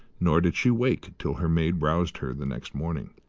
nor did she wake till her maid roused her the next morning.